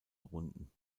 runden